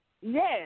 Yes